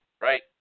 Right